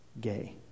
gay